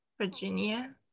Virginia